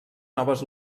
noves